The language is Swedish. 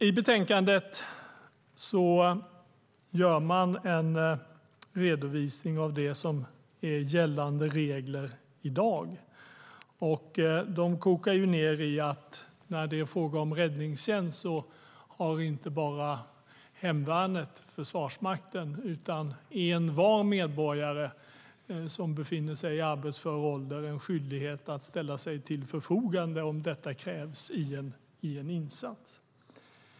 I betänkandet gör man en redovisning av det som är gällande regler i dag, och de kokar ned till att när det är fråga om räddningstjänst har inte bara hemvärnet, Försvarsmakten, utan envar medborgare som befinner sig i arbetsför ålder en skyldighet att ställa sig till förfogande om detta krävs i en insats.